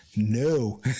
No